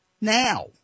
now